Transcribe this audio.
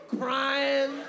crying